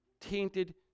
tainted